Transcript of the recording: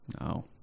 No